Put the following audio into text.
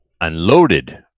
Unloaded